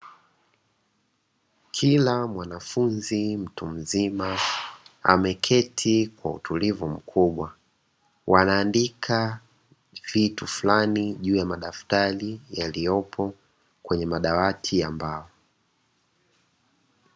Kila mwanafunzi mtu mzima ameketi kwa utulivu mkubwa. Wanaandika vitu flani juu ya madaftari yaliyopo kwenye madawati ya mbao.